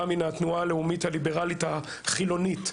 אני בא מהתנועה הלאומית הליברלית החילונית,